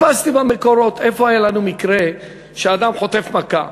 חיפשתי במקורות איפה היה לנו מקרה שאדם חוטף מכה